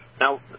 now